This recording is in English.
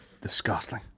Disgusting